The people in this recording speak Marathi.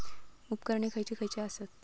उपकरणे खैयची खैयची आसत?